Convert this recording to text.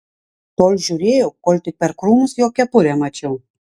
tol žiūrėjau kol tik per krūmus jo kepurę mačiau